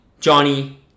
Johnny